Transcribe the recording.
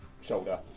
shoulder